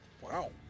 Wow